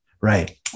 Right